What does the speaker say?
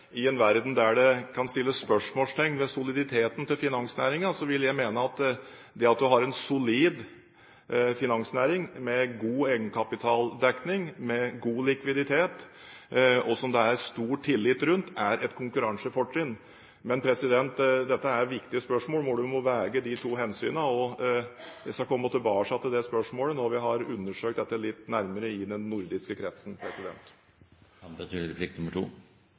I en verden der det kan settes spørsmålstegn ved soliditeten til finansnæringen, vil jeg mene at det at en har en solid finansnæring med god egenkapitaldekning, med god likviditet og som det er stor tillit til, er et konkurransefortrinn. Dette er viktige spørsmål hvor en må veie disse to hensynene. Jeg skal komme tilbake til det spørsmålet når vi har undersøkt dette litt nærmere i den nordiske kretsen.